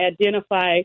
identify